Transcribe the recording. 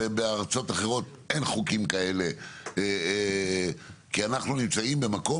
בארצות אחרות אין חוקים כאלה כי אנחנו נמצאים במקום